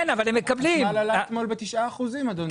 אתמול הוא עלה ב-9% אדוני.